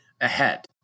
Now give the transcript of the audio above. ahead